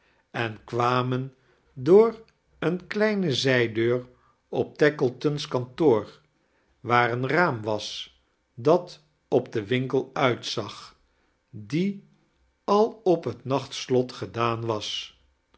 en kwamem door eene kleine zijdeur op tackleton's kantoor waar eon raam was dat op den winkel uitzag die al op het nachtslot gedaan was